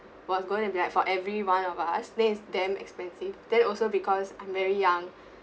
what's going to for every one of us then it's damn expensive then also because I'm very young